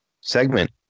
segment